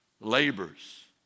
labors